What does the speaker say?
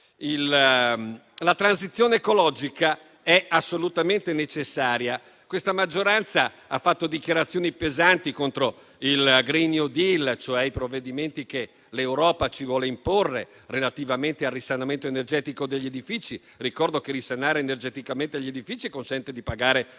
La transizione ecologica è assolutamente necessaria. Questa maggioranza ha fatto dichiarazioni pesanti contro il *green new deal*, cioè contro i provvedimenti che l'Europa ci vuole imporre relativamente al risanamento energetico degli edifici, ma ricordo che risanare energeticamente gli edifici consente di pagare bollette